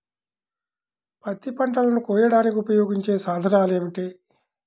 పత్తి పంటలను కోయడానికి ఉపయోగించే సాధనాలు ఏమిటీ?